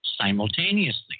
simultaneously